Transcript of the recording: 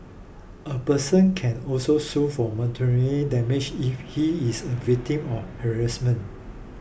a person can also sue for monetary damage if he is a victim of harassment